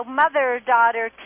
mother-daughter